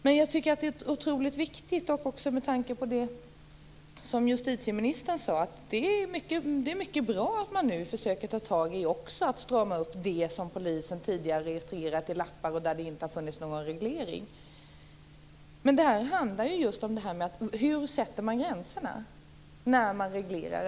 Jag tycker också att det är bra och viktigt, apropå det som justitieministern sade, att man nu försöker ta tag i och strama upp det som polisen tidigare har registrerat på lappar, där det inte har funnits någon reglering. Men det här handlar just om hur man sätter gränserna när man reglerar.